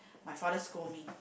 my father scold me